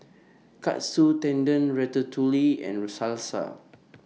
Katsu Tendon Ratatouille and Salsa